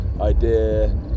idea